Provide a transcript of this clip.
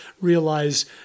realize